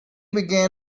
began